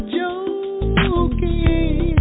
joking